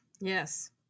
Yes